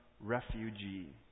Refugee